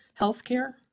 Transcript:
healthcare